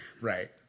Right